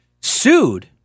sued